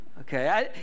okay